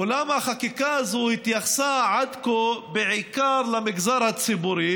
אולם החקיקה הזאת התייחסה עד כה בעיקר למגזר הציבורי,